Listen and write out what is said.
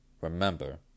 Remember